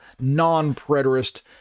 non-preterist